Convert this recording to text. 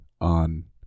on